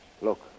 Look